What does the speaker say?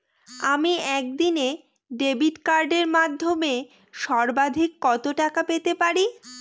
আমি একদিনে ডেবিট কার্ডের মাধ্যমে সর্বাধিক কত টাকা পেতে পারি?